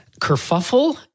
kerfuffle